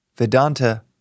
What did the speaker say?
Vedanta